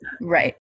Right